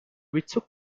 retook